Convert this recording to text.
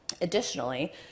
Additionally